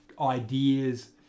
ideas